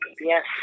Yes